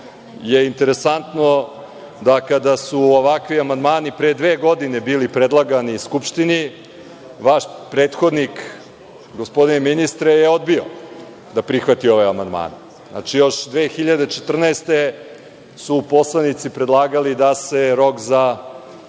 je interesantno, kada su ovakvi amandmani pre dve godine bili predlagani Skupštini, vaš prethodnik, gospodine ministre, je odbio da prihvati ove amandmane. Znači, još 2014. godine su poslanici predlagali da se rok za